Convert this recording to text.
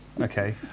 okay